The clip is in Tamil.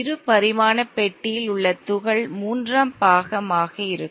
இரு பரிமாண பெட்டியில் உள்ள துகள் மூன்றாம் பாகமாக இருக்கும்